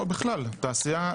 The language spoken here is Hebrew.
לא בקצרה, אתם הגורם המרכזי.